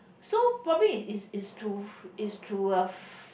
so probably is is is to is through a f~